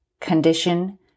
condition